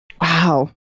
Wow